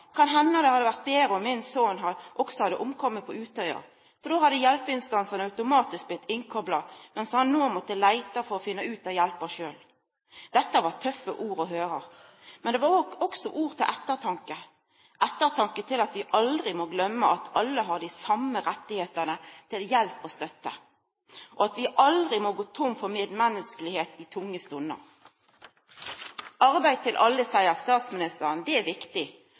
Kan henda det hadde vore betre om sonen min også hadde omkome ute på Utøya, for då hadde hjelpeinstansane automatisk blitt kopla inn, mens eg no må leita for å finna ut av hjelpa sjølv. Dette var tøffe ord å høyra, men det var også ord til ettertanke, at vi aldri må gløyma at alle har dei same rettane til hjelp og støtte, og at vi aldri må gå tomme for medmenneskelegdom i tunge stunder. Arbeid til alle – seier statsministeren – er viktig.